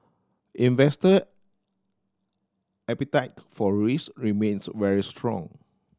investor appetite for risk remains very strong